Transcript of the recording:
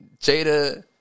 Jada